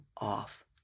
off